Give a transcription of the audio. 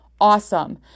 awesome